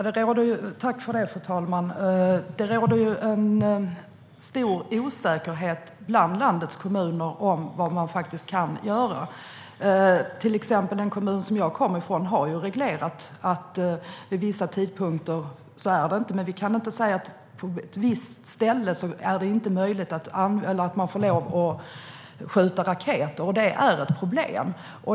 Fru talman! Det råder en stor osäkerhet bland landets kommuner om vad man faktiskt kan göra. Till exempel har den kommun som jag kommer från reglerat att det vid vissa tidpunkter inte är tillåtet, men det går inte att säga att man vid ett visst ställe inte får lov att skjuta raketer. Det är ett problem.